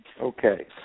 Okay